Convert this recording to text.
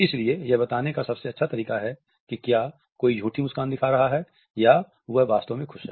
इसलिए यह बताने का सबसे अच्छा तरीका है कि क्या कोई झूठी मुस्कान दिखा रहा है या वह वास्तव में खुश हैं